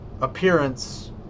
appearance